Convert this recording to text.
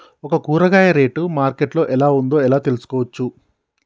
ఒక కూరగాయ rate market లో ఎలా ఉందో ఎలా తెలుసుకోవచ్చు?